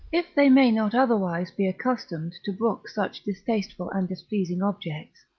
if they may not otherwise be accustomed to brook such distasteful and displeasing objects,